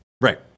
Right